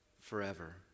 forever